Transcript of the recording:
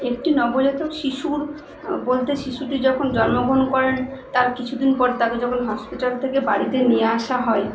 একটি নবজাতক শিশুর বলতে শিশুটি যখন জন্মগ্রহণ করে তার কিছু দিন পর তাকে যখন হসপিটাল থেকে বাড়িতে নিয়ে আসা হয়